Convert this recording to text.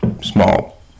small